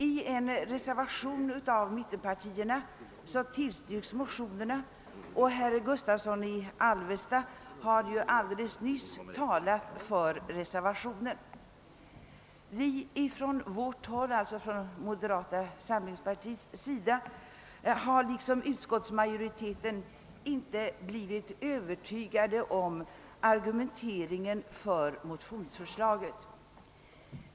I reservationen 2 från mittenpartierna tillstyrks de däremot, och herr Gustavsson i Alvesta har alldeles nyss talat för denna reservation. Moderata samlingspartiets representanter i utskottet har liksom utskottsmajoriteten inte blivit övertygade av argumenteringen för motionsförslaget.